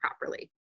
properly